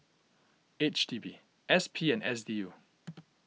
H D B S P and S D U